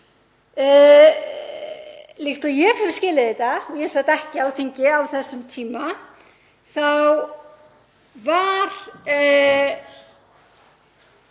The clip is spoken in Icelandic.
Líkt og ég hef skilið þetta, ég sat ekki á þingi á þessum tíma, þá var